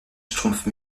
schtroumpfs